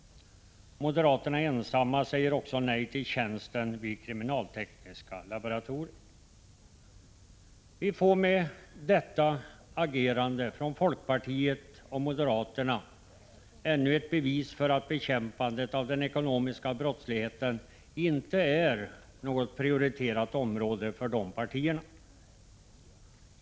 Moderaterna ensamma säger också nej till tjänsten vid kriminaltekniska laboratoriet. Vi får med detta agerande från folkpartiet och moderaterna ännu ett bevis för att bekämpandet av den ekonomiska brottsligheten inte är något prioriterat område för dessa partier.